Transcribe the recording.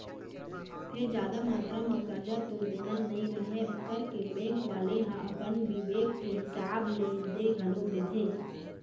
फेर जादा मातरा म करजा तो देना नइ रहय करके बेंक वाले ह अपन बिबेक के हिसाब ले दे घलोक देथे